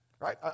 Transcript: Right